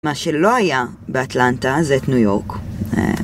מה שלא היה באטלנטה זה את ניו יורק